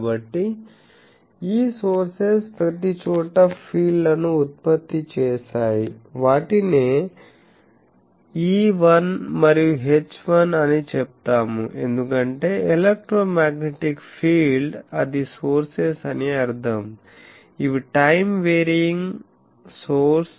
కాబట్టి ఈ సోర్సెస్ ప్రతిచోటా ఫీల్డ్ లను ఉత్పత్తి చేశాయి వాటినే E1 మరియు H1 అని చెప్తాము ఎందుకంటే ఎలక్ట్రో మ్యాగ్నెటిక్ ఫీల్డ్ అది సోర్సెస్ అని అర్ధం ఇవి టైం వేరియింగ్ సోర్సెస్